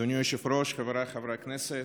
אדוני היושב-ראש, חבריי חברי הכנסת,